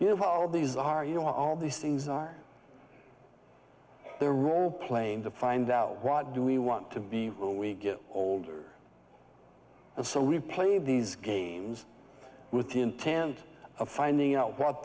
you have all these are you know all these things are there role playing to find out right do we want to be when we get older and so we play these games with the intent of finding out what